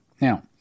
Now